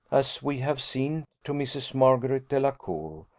as we have seen, to mrs. margaret delacour,